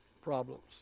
problems